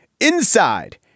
Inside